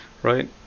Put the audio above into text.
right